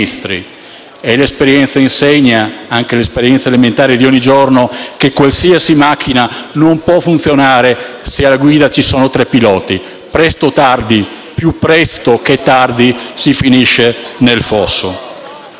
e l'esperienza insegna - anche l'esperienza elementare di ogni giorno - che qualsiasi macchina non può funzionare se alla guida ci sono tre piloti: presto o tardi, più presto che tardi, si finisce nel fosso.